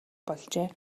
болжээ